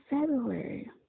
February